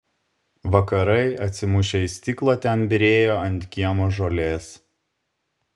vakarai atsimušę į stiklą ten byrėjo ant kiemo žolės